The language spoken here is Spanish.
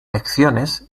lecciones